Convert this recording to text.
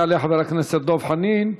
יעלה חבר הכנסת דב חנין.